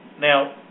Now